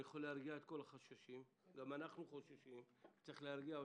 אני יכול להרגיע את כל החוששים גם אנחנו חוששים אבל צריך להרגיע אותם,